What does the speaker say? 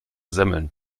semmeln